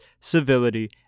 civility